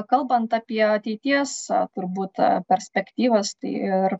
kalbant apie ateities turbūt perspektyvas tai ir